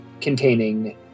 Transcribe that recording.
containing